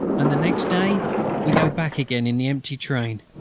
and the next day we go back again in the empty train.